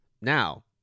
Now